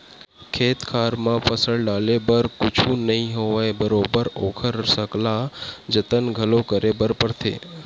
खेत खार म फसल डाले भर ले कुछु नइ होवय बरोबर ओखर सकला जतन घलो करे बर परथे